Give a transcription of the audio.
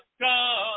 come